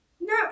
No